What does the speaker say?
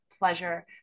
pleasure